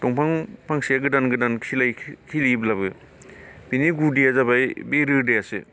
दंफां फांसे गोदान गोदान खिलि खिलियोब्लाबो बिनि गुदिया जाबाय बे रोदायासो